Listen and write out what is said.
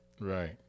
Right